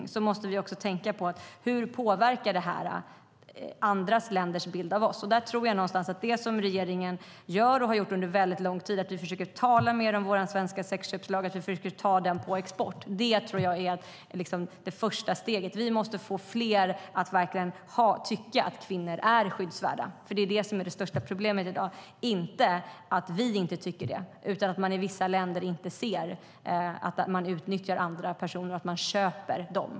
Därför måste vi också tänka på hur detta påverkar andra länders bild av oss. Jag tror att det som regeringen gör och har gjort under mycket lång tid, det vill säga att försöka tala mer om vår svenska sexköpslag och ta den på export, är det första steget. Vi måste få fler att tycka att kvinnor är skyddsvärda. Det är det största problemet i dag, inte att vi inte tycker det. Men i vissa länder ser man inte att man utnyttjar andra personer och att man köper dem.